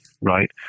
right